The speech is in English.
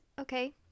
Okay